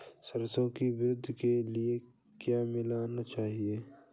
सरसों की वृद्धि के लिए क्या मिलाना चाहिए?